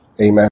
amen